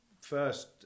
first